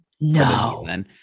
No